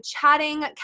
chatting